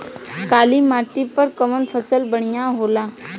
काली माटी पर कउन फसल बढ़िया होला?